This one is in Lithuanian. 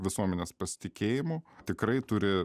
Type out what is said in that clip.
visuomenės pasitikėjimu tikrai turi